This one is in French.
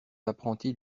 apprentis